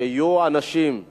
שיהיו אנשים עם